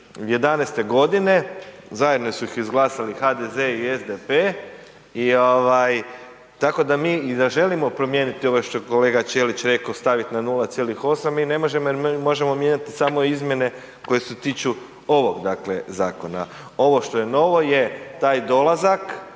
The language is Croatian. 2011.g., zajedno su ih izglasali HDZ i SDP i ovaj, tako da mi i da želimo promijeniti ovo što je kolega Ćelić reko stavit na 0,8, mi ne možemo jer možemo mijenjati samo izmjene koje se tiču ovog dakle zakona, ovo što je novo je taj dolazak,